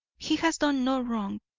he has done no wrong.